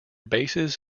bases